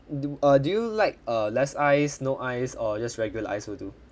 do uh do you like uh less ice no ice or just regular ice will do